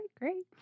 Great